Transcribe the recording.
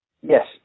Yes